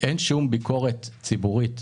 שום ביקורת ציבורית,